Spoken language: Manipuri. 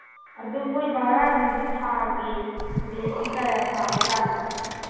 ꯑꯗꯨ ꯃꯣꯏ ꯚꯔꯥꯒꯤꯁꯤ ꯊꯥꯒꯤ ꯔꯦꯠꯁꯤ ꯀꯌꯥ ꯁꯥꯕꯖꯥꯠꯅꯣ